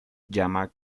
llama